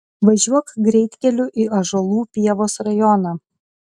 važiuok greitkeliu į ąžuolų pievos rajoną